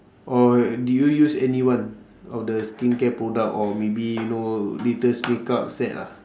or do you use any one of the skincare product or maybe you know latest makeup set lah